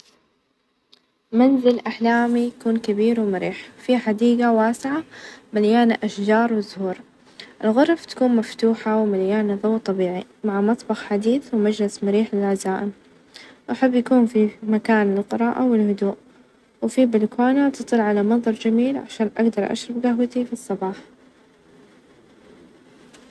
مشروبي المفضل هو طبعًا القهوة العربية استمتع بتحضيرها لأنها طريقة تقليدية، أسويها من البن المحمص أضيف لها هيل ،وماء مغلي، وأخليها يترك شوية عشان يستوي بعدين أقدمها في فنجان صغير مع التمر، الجو مع القهوة يكون مميز.